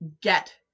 get